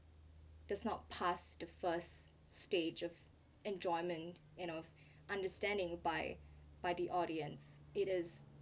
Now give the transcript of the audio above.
does not pass the first stage of enjoyment and of understanding by by the audience it is